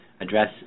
Address